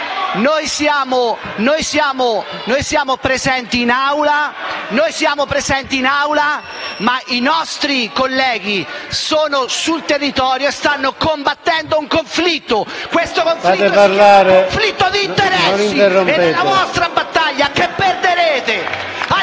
Noi siamo presenti in Aula, ma i nostri colleghi sono sul territorio e stanno combattendo un conflitto. Questo conflitto è un conflitto di interessi nella vostra battaglia, che perderete.